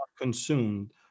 consumed